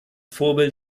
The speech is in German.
vorbild